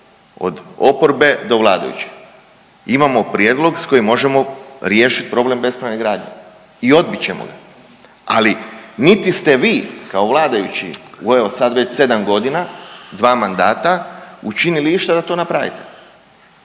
od oporbe do vladajućih, imamo prijedlog s kojim možemo riješit problem bespravne gradnje i odbit ćemo ga. Ali niti ste vi kao vladajući evo sad već sedam godina, dva mandata učinili išta da to napravite,